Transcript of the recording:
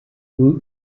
woot